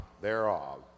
thereof